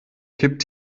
kippt